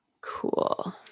Cool